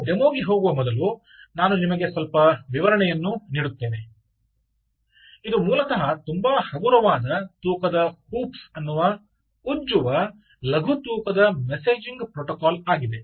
ನಾವು ಡೆಮೊಗೆ ಹೋಗುವ ಮೊದಲು ನಾನು ನಿಮಗೆ ಸ್ವಲ್ಪ ವಿವರಣೆಯನ್ನು ನೀಡುತ್ತೇನೆ ಇದು ಮೂಲತಃ ತುಂಬಾ ಹಗುರವಾದ ತೂಕದ ಹೂಪ್ಸ್ ಅನ್ನು ಉಜ್ಜುವ ಲಘು ತೂಕದ ಮೆಸೇಜಿಂಗ್ ಪ್ರೋಟೋಕಾಲ್ ಆಗಿದೆ